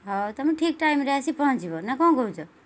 ହଉ ତମେ ଠିକ୍ ଟାଇମରେ ଆସି ପହଞ୍ଚିବ ନା କ'ଣ କହୁଛ